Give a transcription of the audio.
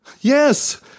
Yes